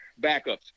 backups